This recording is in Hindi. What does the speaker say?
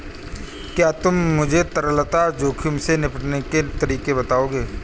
क्या तुम मुझे तरलता जोखिम से निपटने के तरीके बताओगे?